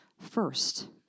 first